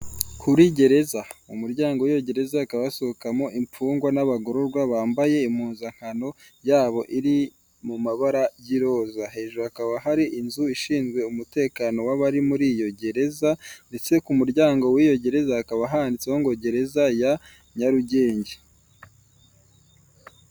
Kuri gereza. Mu muryango w'iyo gereza hakaba hasohokamo imfungwa n'abagororwa bambaye impuzankano yabo iri mu mabara y'iroza. Hejuru hakaba hari inzu ishinzwe umutekano w'abari muri iyo gereza ndetse ku muryango w'iyo gereza hakaba handitseho ngo "gereza ya Nyarugenge."